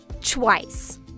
twice